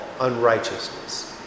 unrighteousness